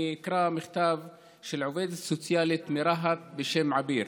אקרא מכתב של עובדת סוציאלית מרהט בשם עאביר: